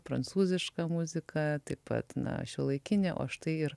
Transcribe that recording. prancūziška muzika taip pat na šiuolaikinė o štai ir